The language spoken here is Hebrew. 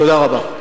תודה רבה.